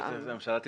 שהממשלה תבחר.